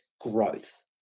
growth